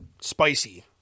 Spicy